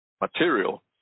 material